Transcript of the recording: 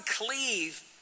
cleave